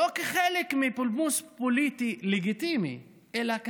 לא כחלק מפולמוס פוליטי לגיטימי אלא כהאשמות: